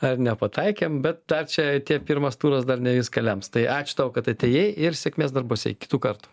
ar nepataikėm bet dar čia tie pirmas turas dar ne viską lems tai ačiū tau kad atėjai ir sėkmės darbuose iki tų kartų